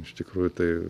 iš tikrųjų tai